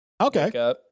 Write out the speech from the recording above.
Okay